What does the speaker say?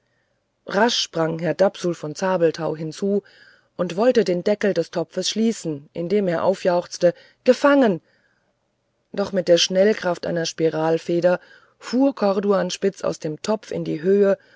rasch sprang herr dapsul von zabelthau hinzu und wollte den deckel des topfs schließen indem er aufjauchzte gefangen doch mit der schnellkraft einer spiralfeder fuhr corduanspitz aus dem topfe in die höhe